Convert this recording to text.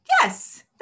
Yes